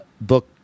book